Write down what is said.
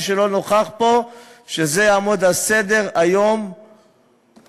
שלא נוכח פה שזה יעמוד על סדר-היום בכנסת.